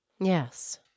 Yes